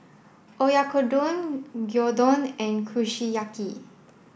Oyakodon Gyudon and Kushiyaki